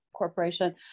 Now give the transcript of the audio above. corporation